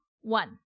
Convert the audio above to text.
one